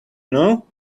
know